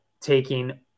taking